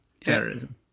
terrorism